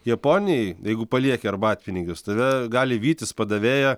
japonijoj jeigu palieki arbatpinigius tave gali vytis padavėja